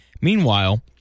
Meanwhile